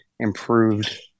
Improved